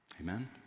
Amen